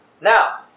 Now